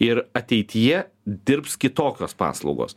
ir ateityje dirbs kitokios paslaugos